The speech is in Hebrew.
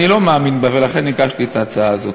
אני לא מאמין בה, ולכן הגשתי את ההצעה הזאת.